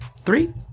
Three